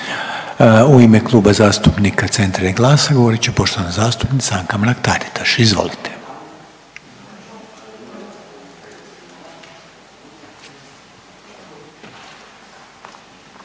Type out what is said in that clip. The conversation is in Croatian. U ime Kluba zastupnika Centra i GLAS-a govorit će poštovana zastupnica Anka Mrak Taritaš. Izvolite.